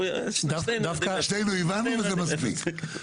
דווקא --- שנינו הבנו וזה מספיק.